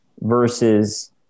versus